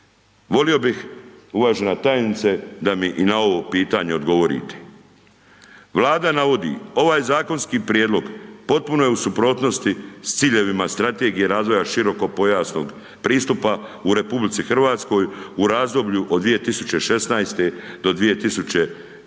Volio bih, uvažena tajnice da mi i na ovo pitanje odgovorite. Vlada navodi, ovaj zakonski prijedlog potpuno je u suprotnosti s ciljevima strategije razvoja širokopojasnog pristupa u RH u razdoblju od 2016. do 2020.